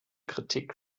kritik